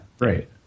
Right